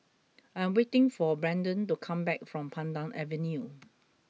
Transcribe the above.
I am waiting for Braeden to come back from Pandan Avenue